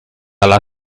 alla